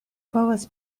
povos